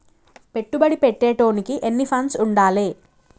పెట్టుబడి పెట్టేటోనికి ఎన్ని ఫండ్స్ ఉండాలే?